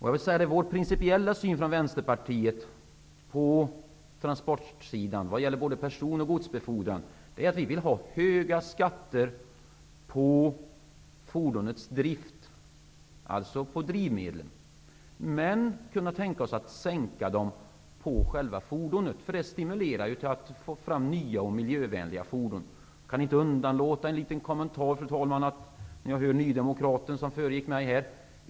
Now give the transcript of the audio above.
Jag vill säga att vår principiella syn från Vänsterpartiet på transportsidan, vad gäller både person och godsbefordran, är att vi vill ha höga skatter på fordonets drift, alltså på drivmedel, men kan tänka oss att sänka dem på själva fordonet, för det stimulerar ju till att få fram nya och miljövänliga fordon. Jag kan inte underlåta att göra en liten kommentar, fru talman, efter att ha hört nydemokraten som föregick mig här.